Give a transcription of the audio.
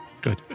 good